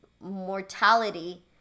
mortality